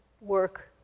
work